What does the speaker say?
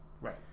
right